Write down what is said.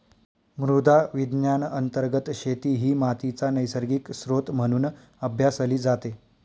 मृदा विज्ञान अंतर्गत शेती ही मातीचा नैसर्गिक स्त्रोत म्हणून अभ्यासली जाते